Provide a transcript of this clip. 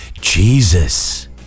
Jesus